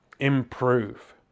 improve